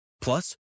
Plus